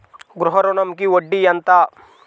గృహ ఋణంకి వడ్డీ ఎంత?